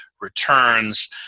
Returns